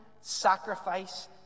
sacrifice